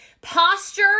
Posture